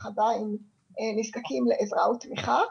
אך עדיין נזקקים לעזרה ולתמיכה,